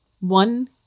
One